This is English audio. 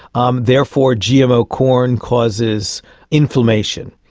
um therefore gmo corn causes inflammation.